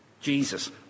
Jesus